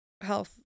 health